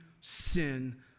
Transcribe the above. sin